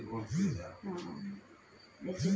धन कें आम तौर पर मुद्रा कहल जाइ छै